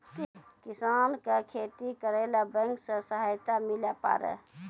किसान का खेती करेला बैंक से सहायता मिला पारा?